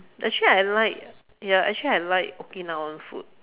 actually I like ya actually I like okinawa food